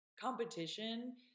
competition